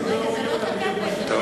הסיפור.